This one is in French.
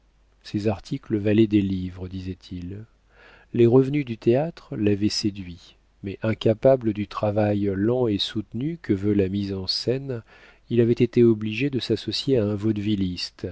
ses articles valaient des livres disait-il les revenus du théâtre l'avaient séduit mais incapable du travail lent et soutenu que veut la mise en scène il avait été obligé de s'associer à un vaudevilliste